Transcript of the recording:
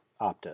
Opta